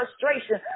frustration